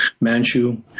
Manchu